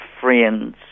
friends